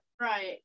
Right